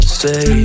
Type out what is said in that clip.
say